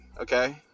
okay